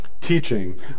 teaching